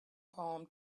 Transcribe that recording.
palm